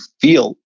feel